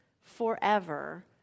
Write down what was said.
forever